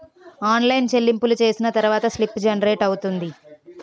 online చెల్లింపులు చేసిన తర్వాత స్లిప్ జనరేట్ అవుతుంది